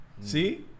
see